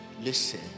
Listen